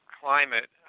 climate